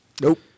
Nope